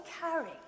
carry